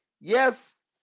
Yes